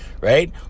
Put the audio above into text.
Right